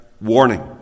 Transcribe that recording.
warning